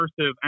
immersive